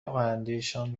آیندهشان